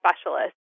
specialists